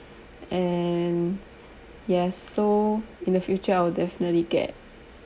and yes so in the future I will definitely get